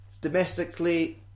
domestically